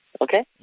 okay